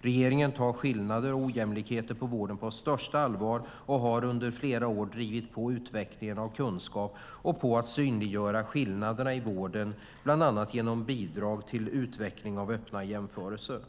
Regeringen tar skillnader och ojämlikheter i vården på största allvar och har under flera år drivit på när det gäller utvecklingen av kunskap och när det gäller att synliggöra skillnaderna i vården, bland annat genom bidrag till utvecklingen av öppna jämförelser.